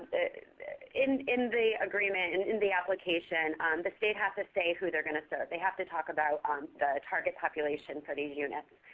in in the agreement and in the application the state has to say who they're going to serve. they have to talk about um the target population for these units.